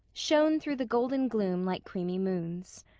shone through the golden gloom like creamy moons.